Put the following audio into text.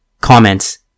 Comments